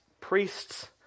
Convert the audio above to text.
priests